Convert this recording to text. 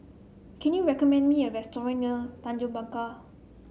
can you recommend me a restaurant near Tanjong Penjuru